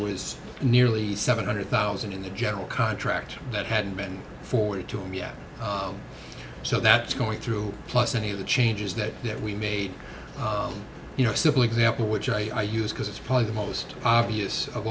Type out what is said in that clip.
was nearly seven hundred thousand in the general contractor that hadn't been forwarded to him yet so that's going through plus any of the changes that that we made you know simple example which i use because it's probably the most obvious of